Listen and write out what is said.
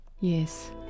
Yes